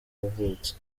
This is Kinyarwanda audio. yavutse